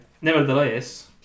Nevertheless